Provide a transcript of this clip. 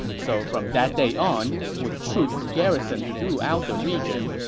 so from that day on, with troops garrisoned throughout the region,